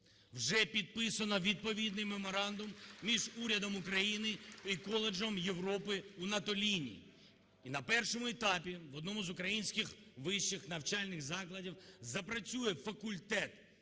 Вже підписано відповідний меморандум між урядом України і коледжем Європи у Натоліні. І на першому етапі в одному з українських вищих навчальних закладів запрацює факультет